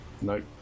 Nope